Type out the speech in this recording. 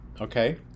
Okay